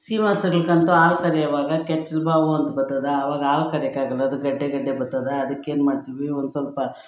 ಸೀಮಹಸುಗಳ್ಗಂತು ಹಾಲು ಕರೆಯುವಾಗ ಕೆಚ್ಲು ಬಾವು ಅಂತ ಬತ್ತದೆ ಆವಾಗ ಹಾಲು ಕರಿಯಕ್ಕಾಗಲ್ಲ ಅದು ಗಡ್ಡೆ ಗಡ್ಡೆ ಬತ್ತದೆ ಅದಕ್ಕೇನ್ಮಾಡ್ತೀವಿ ಒಂದುಸ್ವಲ್ಪ